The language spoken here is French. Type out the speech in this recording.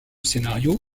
scénario